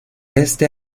este